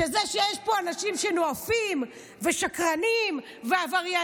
שזה שיש פה אנשים שנואפים ושקרנים ועבריינים,